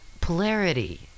polarity